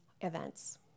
events